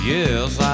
Yes